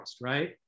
Right